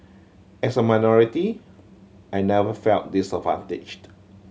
as a minority I never felt disadvantaged